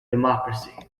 democracy